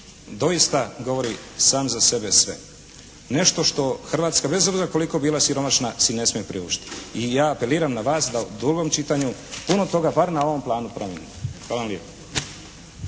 doista govori sam za sebe sve. Nešto što Hrvatska bez obzira koliko bila siromašna si ne smije priuštiti i ja apeliram na vas da u drugom čitanju puno toga, bar na ovom planu promijenite. Hvala vam lijepo.